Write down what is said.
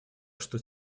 что